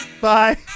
Bye